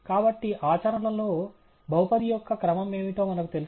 కాబట్టి ఆచరణలో బహుపది యొక్క క్రమం ఏమిటో మనకు తెలుసా